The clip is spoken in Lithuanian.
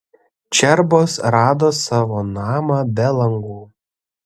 čerbos rado savo namą be langų